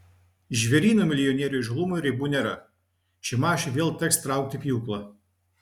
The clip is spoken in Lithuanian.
žvėryno milijonierių įžūlumui ribų nėra šimašiui vėl teks traukti pjūklą